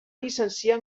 llicenciar